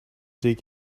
dig